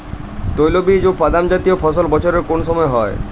তৈলবীজ ও বাদামজাতীয় ফসল বছরের কোন সময় হয়?